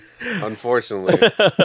Unfortunately